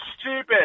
stupid